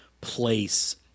place